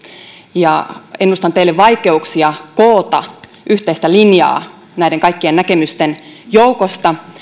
ja ennustan teille vaikeuksia koota yhteistä linjaa näiden kaikkien näkemysten joukosta